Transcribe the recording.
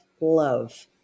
love